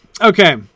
Okay